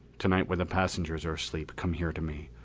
tonight when the passengers are asleep, come here to me.